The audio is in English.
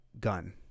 gun